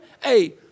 Hey